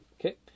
okay